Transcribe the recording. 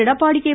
Edappadi K